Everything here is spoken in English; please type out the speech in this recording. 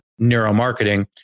Neuromarketing